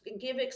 give